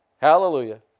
Hallelujah